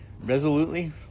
resolutely